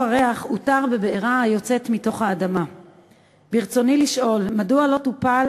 29 ביוני 2015. אני מתכבד לפתוח את ישיבת